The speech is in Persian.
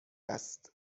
است